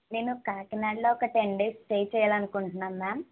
నేను కాకినాడలో ఒక టెన్ డేస్ స్టే చేయాలనుకుంటున్నాం మ్యామ్